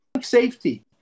safety